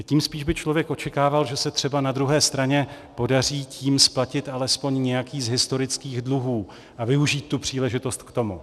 Tím spíš by člověk očekával, že se třeba na druhé straně podaří tím splatit alespoň nějaký z historických dluhů a využít tu příležitost k tomu.